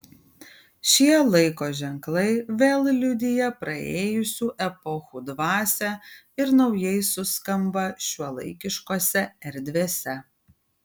šie laiko ženklai vėl liudija praėjusių epochų dvasią ir naujai suskamba šiuolaikiškose erdvėse